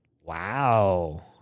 Wow